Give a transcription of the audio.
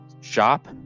shop